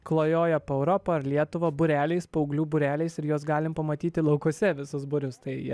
klajoja po europą ar lietuvą būreliais paauglių būreliais ir juos galim pamatyti laukuose visus būrius tai